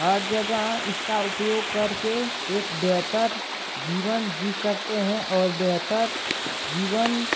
हर जगह इसका उपयोग करके बेहतर जीवन जी सकते हैं और बेहतर जीवन